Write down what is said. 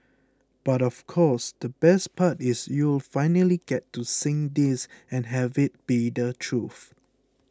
but of course the best part is you'll finally get to sing this and have it be the truth